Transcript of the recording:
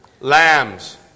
Lambs